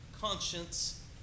conscience